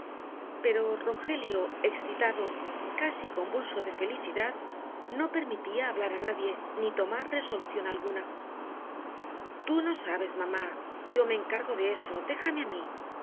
pero rogelio excitado casi convulso de felicidad no permitía hablar á nadie ni tomar resolución alguna tú no sabes mamá yo me encargo de eso déjame á mí